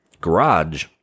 garage